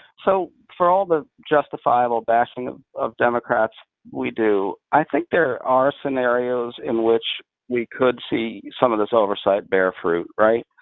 so for all the justifiable bashing of democrats we do, i think there are scenarios in which we could see some of this oversight bear fruit, right?